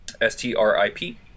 s-t-r-i-p